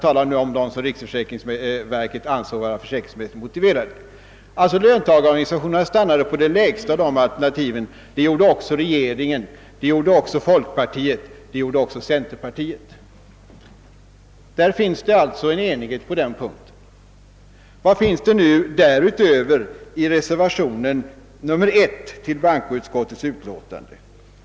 Även regeringen stannade för det lägsta av dessa tre alternativ, och det gjorde också folkpartiet och centerpartiet. På denna punkt råder det alltså enighet. Vad finns det nu därutöver i reservation nr 1 till bankoutskottets utlåtande?